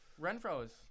Renfro's